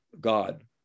God